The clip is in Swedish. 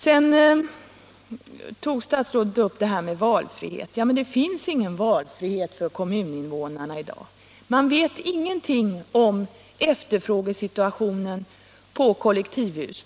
Statsrådet tog sedan upp valfriheten. Men det finns ingen valfrihet för kommuninvånarna i dag! Man vet ingenting om efterfrågesituationen i fråga om kollektivhus.